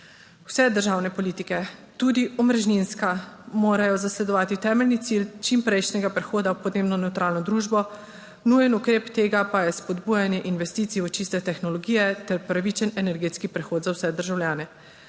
Vse državne politike, tudi omrežninska, morajo zasledovati temeljni cilj čimprejšnjega prehoda v podnebno nevtralno družbo, nujen ukrep tega pa je spodbujanje investicij v čiste tehnologije ter pravičen energetski prehod za vse državljane.